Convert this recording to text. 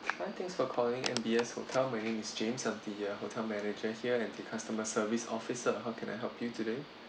hi thanks for calling M_B_S hotel my name is james I'm the hotel manager here and the customer service officer how can I help you today